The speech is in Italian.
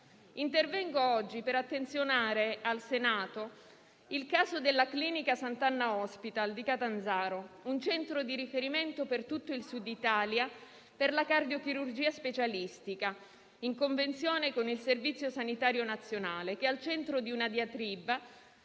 Intervengo oggi per sottoporre all'attenzione del Senato il caso della clinica Sant'Anna Hospital di Catanzaro, un centro di riferimento per tutto il Sud Italia per la cardiochirurgia specialistica, in convenzione con il Servizio sanitario nazionale, che è al centro di una diatriba